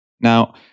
Now